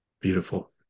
Beautiful